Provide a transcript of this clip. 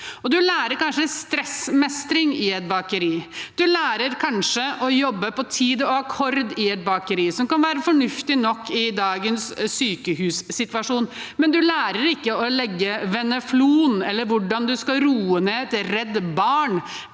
Man lærer kanskje stressmestring i et bakeri. Man lærer kanskje å jobbe på tid og akkord i et bakeri, noe som kan være fornuftig nok i dagens sykehussituasjon. Man lærer ikke å legge veneflon, hvordan man skal roe ned et redd barn,